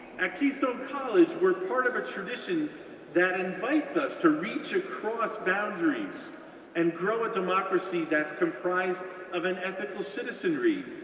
at keystone college, we're part of a tradition that invites us to reach across boundaries and grow a democracy that's comprised of an ethical citizenry.